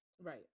Right